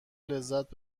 لذت